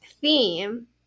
theme